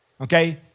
okay